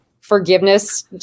forgiveness